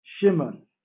shimon